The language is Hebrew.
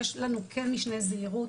יש לנו משנה זהירות,